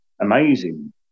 amazing